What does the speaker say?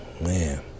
man